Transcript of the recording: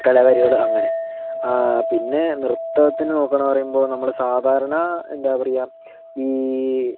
കലാകാരികള് അങ്ങനെ പിന്നെ നൃത്തത്തിനെ നോക്കുകാന്ന് പറയുമ്പോൾ നമ്മള് സാധാരണ എന്താ പറയുക ഈ